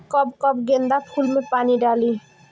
कब कब गेंदा फुल में पानी डाली?